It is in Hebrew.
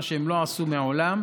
מה שהם לא עשו מעולם,